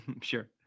sure